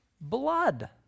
blood